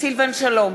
סילבן שלום,